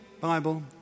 Bible